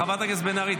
חברת הכנסת בן ארי,